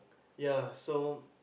ya so